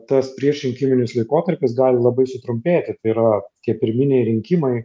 tas priešrinkiminis laikotarpis gali labai sutrumpėti tai yra tie pirminiai rinkimai